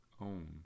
own